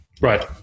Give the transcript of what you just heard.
Right